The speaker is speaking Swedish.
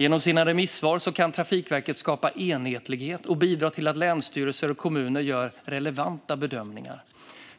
Genom sina remissvar kan Trafikverket skapa enhetlighet och bidra till att länsstyrelser och kommuner gör relevanta bedömningar.